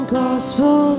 gospel